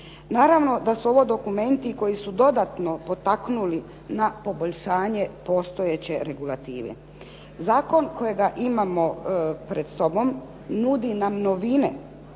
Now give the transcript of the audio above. Naravno da su ovo dokumenti koji su dodatno potaknuti na poboljšanje postojeće regulative. Zakon kojega imamo pred sobom nudi nam novine,